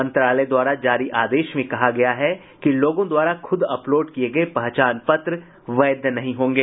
मंत्रालय द्वारा जारी आदेश में कहा गया है कि लोगों द्वारा खुद अपलोड किये गये पहचान पत्र वैध नहीं होंगे